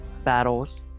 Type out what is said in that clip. battles